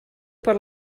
per